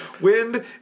wind